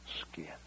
skin